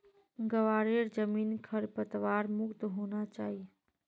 ग्वारेर जमीन खरपतवार मुक्त होना चाई